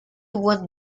won